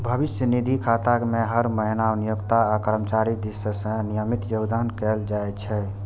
भविष्य निधि खाता मे हर महीना नियोक्ता आ कर्मचारी दिस सं नियमित योगदान कैल जाइ छै